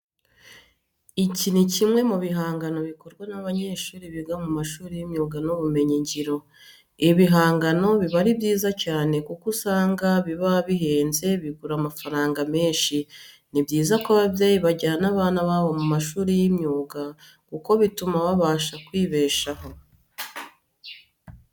Iki ni kimwe mu bihangano bikorwa n'abanyeshuri biga mu mashuri y'imyuga n'ubumenyingiro. Ibi bigangano biba ari byiza cyane kuko usanga biba bihenze bigura amafaranga menshi. Ni byiza ko ababyeyi bajyana abana babo mu mashuri y'imyuga kuko bituma babasha kwibeshaho.